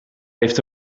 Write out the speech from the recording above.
heeft